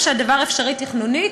אף שהדבר אפשרי תכנונית.